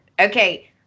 Okay